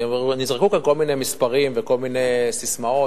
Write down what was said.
נזרקו פה כל מיני מספרים וכל מיני ססמאות.